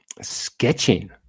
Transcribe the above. sketching